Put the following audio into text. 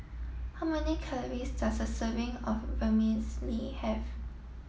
how many calories does a serving of Vermicelli have